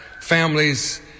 families